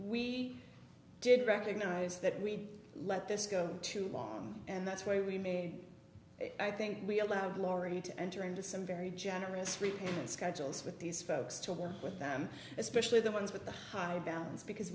we did recognize that we'd let this go too long and that's why we made i think we allowed glory to enter into some very generous repayment schedules with these folks to work with them especially the ones with the higher downs because